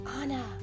Anna